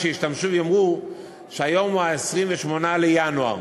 שיאמרו שהיום הוא 28 בינואר.